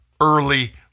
early